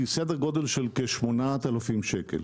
היא סדר גודל של כ-8,000 שקלים